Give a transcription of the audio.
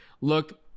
look